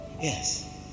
Yes